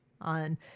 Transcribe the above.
on